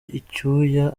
icyuya